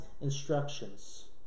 instructions